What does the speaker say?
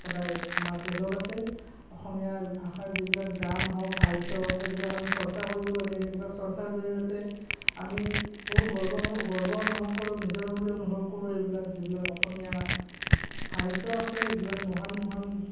সদায় আমাৰ তেজত আছে অসমীয়া ভাষাৰ যিবিলাক গান হওক সাহিত্য হওক সেইবিলাক চৰ্চা কৰিব লাগে সেইবিলাক চৰ্চাৰ জৰিয়তে আমি বহুত গৰ্ব গৰ্ব অনুভৱ কৰোঁ নিজৰ বুলি অনুভৱ কৰোঁ এইবিলক যিবিলাক অসমীয়া সাহিত্য আছে যিমান মহান মহান